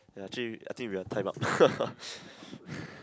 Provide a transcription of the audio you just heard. ya actually I think we are time out